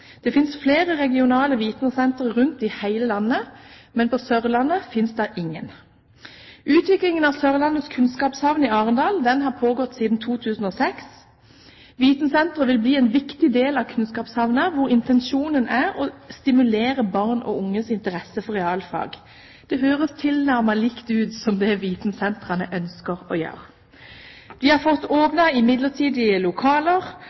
Det finnes flere regionale vitensentre rundt i hele landet, men på Sørlandet finnes det ingen. Utviklingen av Sørlandet kunnskapshavn i Arendal har pågått siden 2006. Vitensenteret vil bli en viktig del av kunnskapshavna, hvor intensjonen er å stimulere barn og unges interesse for realfag. Det høres tilnærmet likt ut som det vitensentrene ønsker å gjøre. De har fått åpnet i midlertidige lokaler,